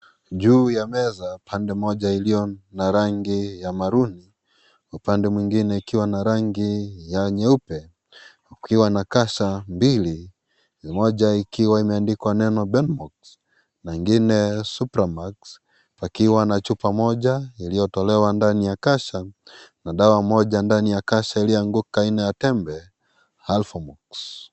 Juu ya meza pande moja iliyo na rangi ya maroon upande mwingine ukiwa na rangi ya nyeupe kukiwa na kasha mbili moja ikiwa imeandikwa neno na ingine supermax pakiwa na chupa moja iliyotolewa ndani ya kasha na dawa moja ndani ya kasha iliyoanguka aina ya tembe (cs)Alphamox(cs).